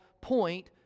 point